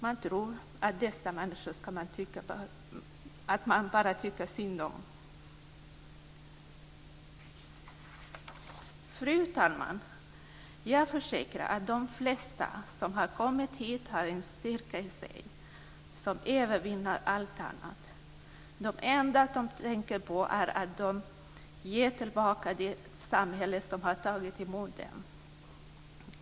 Man tror att dessa människor ska man bara tycka synd om. Fru talman! Jag försäkrar att de flesta som har kommit hit har en styrka i sig som övervinner allt annat. Det enda de tänker på är att ge något tillbaka till det samhälle som har tagit emot dem.